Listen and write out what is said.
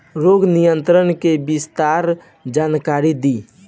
रोग नियंत्रण के विस्तार जानकारी दी?